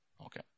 Okay